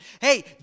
Hey